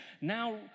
now